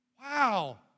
Wow